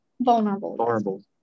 Vulnerable